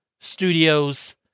Studios